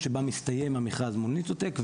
מסתיים המכרז מול "ניטו טק",